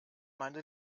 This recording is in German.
meine